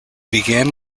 began